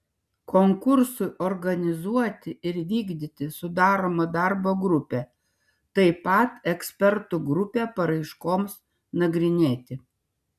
konkursui organizuoti ir vykdyti sudaroma darbo grupė taip pat ekspertų grupė paraiškoms nagrinėti